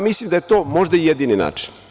Mislim da je to možda i jedini način.